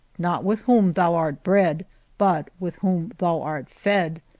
not with whom thou art bred but with whom thou art fed.